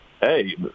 hey